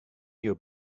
your